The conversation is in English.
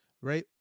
right